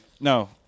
No